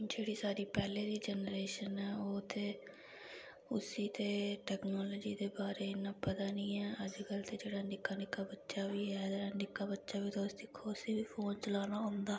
ते जेह्ड़ी साढ़ी पैह्ले दी जनरेशन ऐ ओहे ते उस्सी ते टैजनॉलजी दे बारे च इन्ना पता नी ऐ अज कल दा जेह्ड़ा निक्का निक्का बच्चा ते निक्का बच्चा बी तुस दिक्खो उस्सी बी फोन चलाना औंदा ऐ